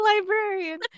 librarian